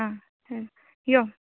हा ह यो